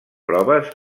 proves